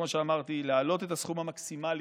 כמו שאמרתי: להעלות את הסכום המקסימלי